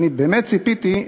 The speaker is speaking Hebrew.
באמת ציפיתי,